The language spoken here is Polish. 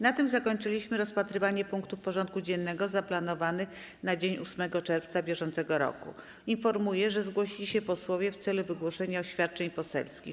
Na tym zakończyliśmy rozpatrywanie punktów porządku dziennego zaplanowanych na dzień 8 czerwca br. Informuję, że zgłosili się posłowie w celu wygłoszenia oświadczeń poselskich.